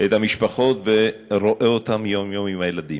את המשפחות ורואה אותן יום-יום עם הילדים,